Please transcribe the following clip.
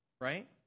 right